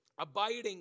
abiding